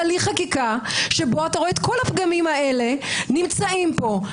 הליך חקיקה שבו אתה רואה את כל הפגמים האלה נמצאים פה,